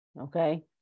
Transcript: okay